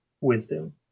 Wisdom